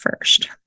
first